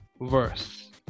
verse